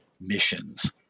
missions